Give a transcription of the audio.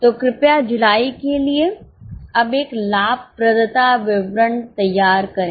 तो कृपया जुलाई के लिए अब एक लाभप्रदता विवरण तैयार करें